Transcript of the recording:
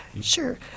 Sure